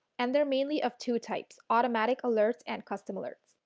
and they are mainly of two types, automatic alerts and custom alerts.